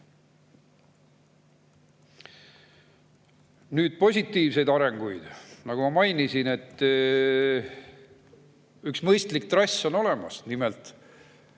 Nüüd positiivseid arenguid. Nagu ma mainisin, üks mõistlik trass on olemas, nimelt